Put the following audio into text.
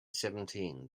seventeen